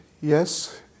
yes